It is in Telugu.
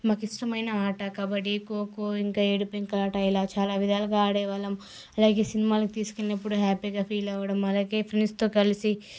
మాకిష్టమైన ఆట కబడి ఖోఖో ఇంకా ఏడు పెంకులాట ఇలా చాలా విధాలుగా ఆడేవాళ్ళం అలాగే సినిమాలకి తీసుకెళ్ళినప్పుడు హ్యాపీగా ఫీల్ అవ్వడము అలాగే ఫ్రెండ్స్తో కలిసి